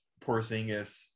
Porzingis